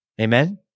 Amen